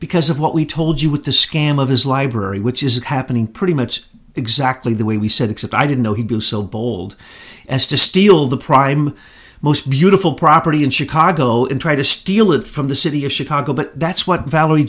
because of what we told you with the scam of his library which is happening pretty much exactly the way we said except i didn't know he was so bold as to steal the prime most beautiful property in chicago and try to steal it from the city of chicago but that's what val